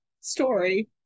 story